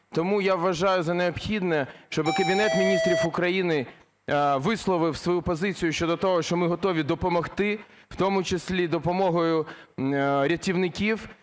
Тому я вважаю за необхідне, щоб Кабінет Міністрів України висловив свою позицію щодо того, що ми готові допомогти, в тому числі допомогою рятівників,